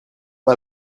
pas